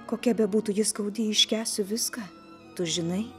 kokia bebūtų ji skaudi iškęsiu viską tu žinai